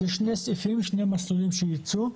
זה שני סעיפים, שני מסלולים שיוצעו.